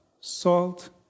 Salt